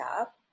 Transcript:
up